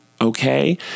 okay